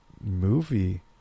movie